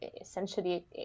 Essentially